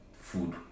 food